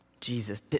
Jesus